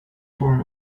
form